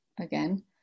again